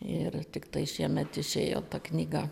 ir tiktai šiemet išėjota knyga ta knyga